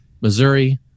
Missouri